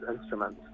instruments